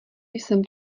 jsem